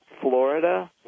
Florida